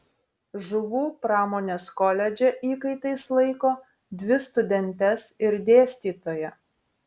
žuvų pramonės koledže įkaitais laiko dvi studentes ir dėstytoją